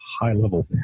high-level